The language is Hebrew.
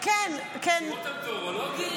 --- השירות המטאורולוגי?